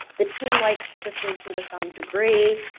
the team likes the solution to some degree.